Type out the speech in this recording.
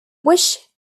which